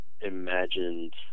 imagined